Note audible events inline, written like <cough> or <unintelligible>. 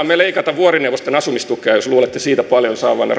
<unintelligible> me leikata vuorineuvosten asumistukea jos luulette siitä paljon saavanne <unintelligible>